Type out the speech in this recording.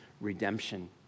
redemption